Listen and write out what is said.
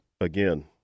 again